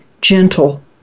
gentle